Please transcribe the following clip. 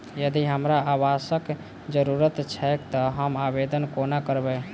यदि हमरा आवासक जरुरत छैक तऽ हम आवेदन कोना करबै?